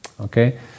Okay